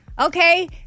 okay